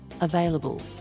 available